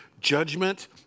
judgment